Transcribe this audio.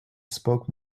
spoke